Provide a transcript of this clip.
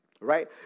Right